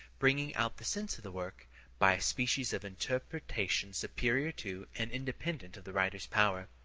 bringing out the sense of the work by a species of interpretation superior to, and independent of, the writer's powers.